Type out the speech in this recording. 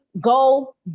go